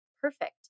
perfect